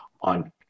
on